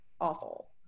awful